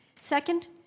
Second